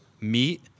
meet